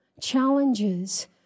challenges